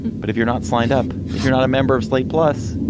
but if you're not signed up, if you're not a member of slate plus,